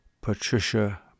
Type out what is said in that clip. Patricia